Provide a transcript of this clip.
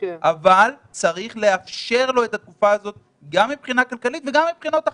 אבל צריך לאפשר לו את התקופה הזו גם מבחינה כלכלית וגם מבחינות אחרות.